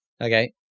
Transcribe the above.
Okay